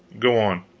go on.